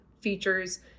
features